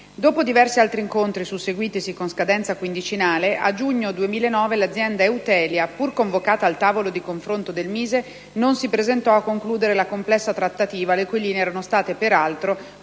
Dopo diversi altri incontri susseguitisi con scadenza quindicinale, a giugno 2009 l'azienda Eutelia, pur convocata al tavolo di confronto del Ministero dello sviluppo economico, non si presentò a concludere la complessa trattativa le cui linee erano state, peraltro,